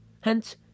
Hence